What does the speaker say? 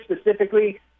specifically